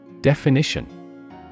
Definition